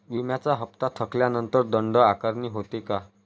विम्याचा हफ्ता थकल्यानंतर दंड आकारणी होते का?